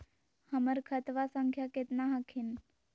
हमर खतवा संख्या केतना हखिन?